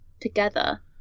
together